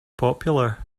popular